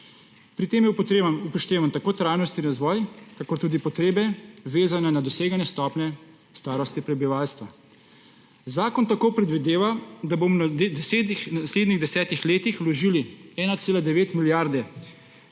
Pri tem je upoštevan tako trajnostni razvoj kakor tudi potrebe, vezane na doseganje stopnje starosti prebivalstva. Zakon tako predvideva, da bomo v naslednjih desetih letih vložili 1,9 milijarde